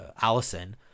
Allison